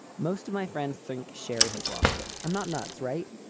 most of my friends think sherry has lost it. i'm not nuts, right?